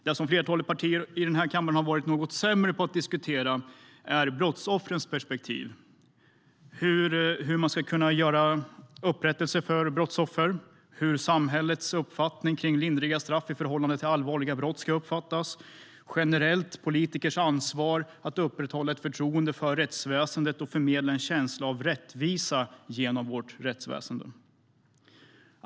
Det som flertalet partier i den här kammaren har varit något sämre på att diskutera är brottsoffrens perspektiv, hur de ska få upprättelse och hur samhällets uppfattning är om lindriga straff i förhållande till allvarliga brott. Det gäller även generellt politikers ansvar att upprätthålla ett förtroende för rättsväsendet och att förmedla en känsla av rättvisa genom vårt rättsväsen.